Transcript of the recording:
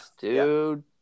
dude